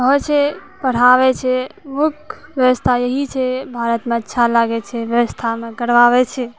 होइ छै पढ़ाबै छै मुख्य व्यवस्था एहि छै भारतमे अच्छा लागै छै व्यवस्थामे करबाबै छै